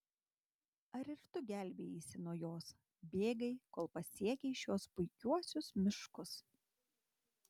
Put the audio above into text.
ar ir tu gelbėjaisi nuo jos bėgai kol pasiekei šiuos puikiuosius miškus